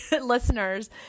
listeners